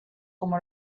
como